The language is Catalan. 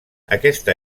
aquesta